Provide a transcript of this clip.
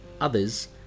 others